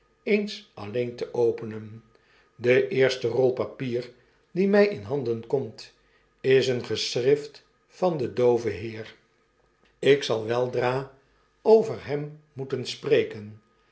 eens alleen te openen de eerste rol papier die mij in handen komt is een geschrift van den dooven heer ik zal weldra over hem moeten spreken